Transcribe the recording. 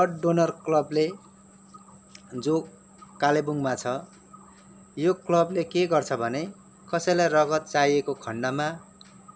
blood donor क्लबले जो कालेबुङमा छ यो क्लबले के गर्छ भने कसैलाई रगत चाहिएको खन्डमा